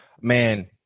man